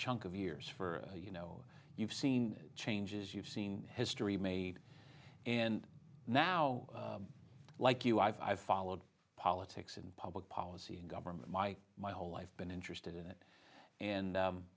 chunk of years for you know you've seen changes you've seen history made and now like you i've followed politics in public policy and government my my whole life been interested in it and